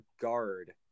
guard